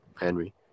Henry